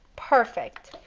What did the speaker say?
perfect.